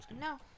No